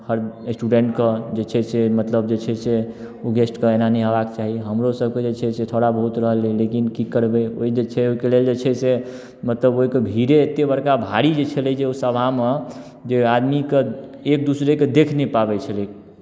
आओर स्टुडेन्टके जे छै से मतलब जे छै से ओ गेस्टके एना नहि अयबाक चाही हमरो सभके जे छै से थोड़ा बहुत रहलै लेकिन की करबै ओ जे छै ओहिके लेल जे छै से मतलब ओहिके भीड़े एते बड़का भारी जे छलै जे ओहि सभामे जे आदमीके एक दूसरेके देखि नहि पाबै छलै